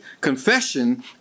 Confession